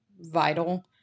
vital